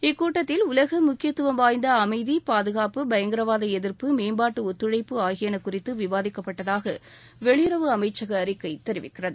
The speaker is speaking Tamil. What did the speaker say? இக்கூட்டத்தில் உலக முக்கியத்துவம் வாய்ந்த அமைதி பாதுகாப்பு பயங்கரவாத எதிர்ப்பு மேம்பாட்டு ஒத்துழைப்பு ஆகியன குறித்து விவாதிக்கப்பட்டதாக வெளியுறவு அமைச்சக அறிக்கை தெரிவிக்கிறது